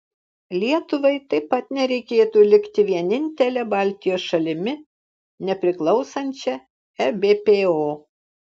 lietuvai taip pat nereikėtų likti vienintele baltijos šalimi nepriklausančia ebpo